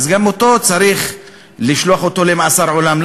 גם אותו צריך לשלוח למאסר עולם,